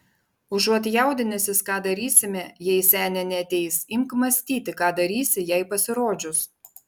užuot jaudinęsis ką darysime jei senė neateis imk mąstyti ką darysi jai pasirodžius